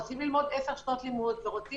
רוצים ללמוד 10 ו-12 שנות לימוד ורוצים